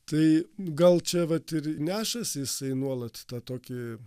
tai gal čia vat ir nešasi jisai nuolat tą tokį